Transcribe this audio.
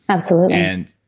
absolutely and,